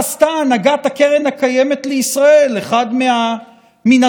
התשפ"א 2021, החלק